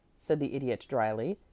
said the idiot, dryly.